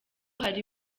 hari